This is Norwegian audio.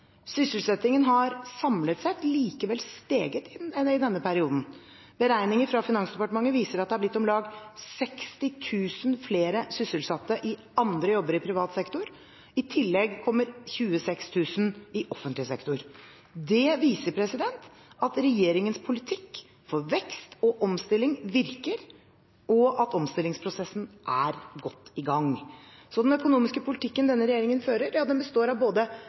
Sysselsettingen, samlet sett, har likevel steget i denne perioden. Beregninger fra Finansdepartementet viser at det er blitt om lag 60 000 flere sysselsatte i andre jobber i privat sektor. I tillegg kommer 26 000 i offentlig sektor. Det viser at regjeringens politikk for vekst og omstilling virker, og at omstillingsprosessen er godt i gang. Den økonomiske politikken som denne regjeringen fører, består av både